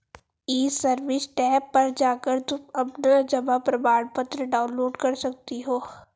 ई service tab पर जाकर तुम अपना जमा प्रमाणपत्र डाउनलोड कर सकती हो